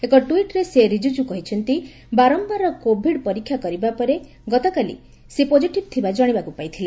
ଏକ ଟୁଇଟ୍ରେ ଶ୍ରୀ ରିଜକୁ କହିଛନ୍ତି ବାରମ୍ଭାର କୋଭିଡ ପରୀକ୍ଷା କରିବା ପରେ ଗତକାଲି ସେ ପଜିଟିଭି ଥିବା ଜାଶିବାକୁ ପାଇଥିଲେ